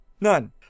none